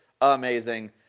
amazing